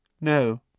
No